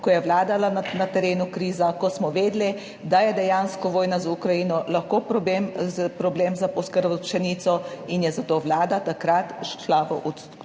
ko je vladala na terenu kriza, ko smo vedeli, da je dejansko vojna z Ukrajino lahko problem za oskrbo s pšenico in je zato Vlada takrat šla v odkup